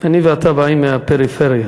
אני ואתה באים מהפריפריה.